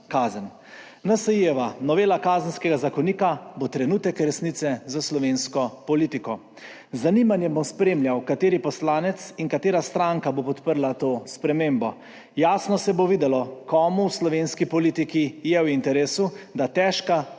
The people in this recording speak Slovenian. NSi-jeva novela kazenskega zakonika bo trenutek resnice za slovensko politiko. Z zanimanjem bom spremljal, kateri poslanec in katera stranka bo podprla to spremembo. Jasno se bo videlo, komu v slovenski politiki je v interesu, da težka kazniva